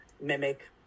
mimic